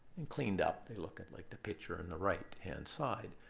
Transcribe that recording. and cleaned up, they look and like the picture on the right-hand side.